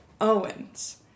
Owens